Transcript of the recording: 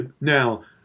Now